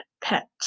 pet